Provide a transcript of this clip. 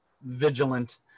vigilant